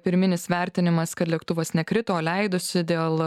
pirminis vertinimas kad lėktuvas nekrito o leidosi dėl